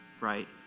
right